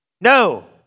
No